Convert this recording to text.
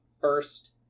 first